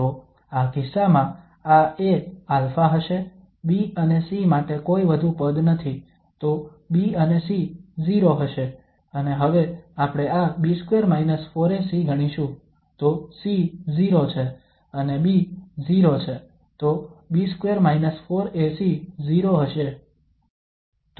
તો આ કિસ્સામાં આ A α હશે B અને C માટે કોઈ વધુ પદ નથી તો B અને C 0 હશે અને હવે આપણે આ B2 4AC ગણીશું તો C 0 છે અને B 0 છે તો B2 4AC 0 હશે